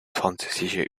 französische